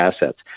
assets